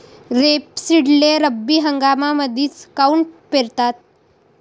रेपसीडले रब्बी हंगामामंदीच काऊन पेरतात?